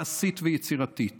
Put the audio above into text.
מעשית ויצירתית